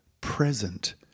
present